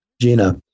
Gina